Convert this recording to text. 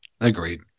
agreed